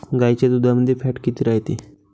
गाईच्या दुधामंदी फॅट किती रायते?